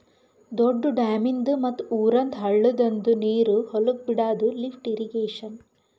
ದೊಡ್ದು ಡ್ಯಾಮಿಂದ್ ಮತ್ತ್ ಊರಂದ್ ಹಳ್ಳದಂದು ನೀರ್ ಹೊಲಕ್ ಬಿಡಾದು ಲಿಫ್ಟ್ ಇರ್ರೀಗೇಷನ್